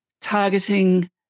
targeting